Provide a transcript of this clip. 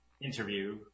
interview